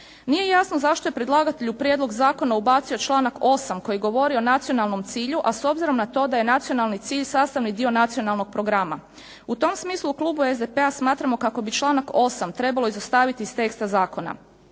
Nije jasno zašto je predlagatelj u prijedlog zakona ubacio članak 8. koji govori o nacionalnom cilju a s obzirom na to da je nacionalni cilj sastavni dio nacionalnog programa. U tom smislu u klubu SDP-a smatramo kako bi članak 8. trebalo izostaviti iz teksta zakona.